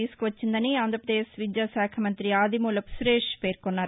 తీసుకువచ్చిందని అంధ్రప్రదేశ్ విద్యాకాఖ మంఠి అదిమాలపు సురేష్ పేర్కొన్నారు